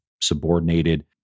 subordinated